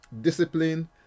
discipline